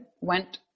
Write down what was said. went